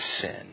sin